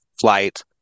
flight